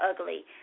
ugly